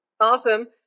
awesome